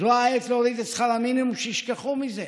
שזו העת להוריד את שכר המינימום, שישכחו מזה,